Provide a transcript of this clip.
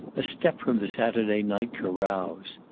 a step from the saturday night carouse.